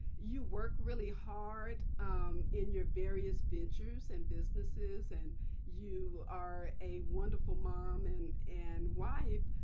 you work really hard um in your various ventures and businesses. and you are a wonderful mom and and wife,